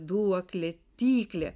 duoklė tiklė